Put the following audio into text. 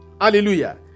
Hallelujah